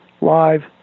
Live